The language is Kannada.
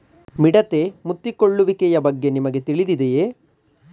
ಮಿಡತೆ ಮುತ್ತಿಕೊಳ್ಳುವಿಕೆಯ ಬಗ್ಗೆ ನಿಮಗೆ ತಿಳಿದಿದೆಯೇ?